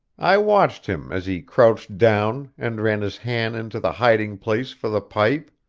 i watched him as he crouched down, and ran his hand into the hiding-place for the pipe.